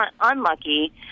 unlucky